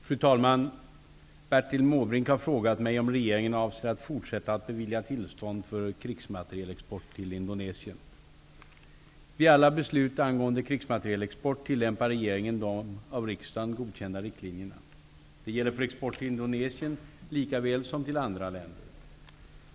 Fru talman! Bertil Måbrink har frågat mig om regeringen avser att fortsätta att bevilja tillstånd för krigsmaterielexport till Indonesien. Vid alla beslut angående krigsmaterielexport tillämpar regeringen de av riksdagen godkända riktlinjer. Det gäller för export till Indonesien likaväl som till andra länder.